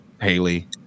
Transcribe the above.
haley